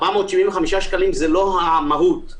475 שקלים זה לא המהות.